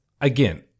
again